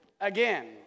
again